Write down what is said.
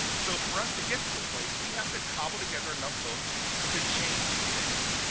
so for us to get to a place, we have to call together enough votes to change things.